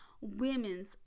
Women's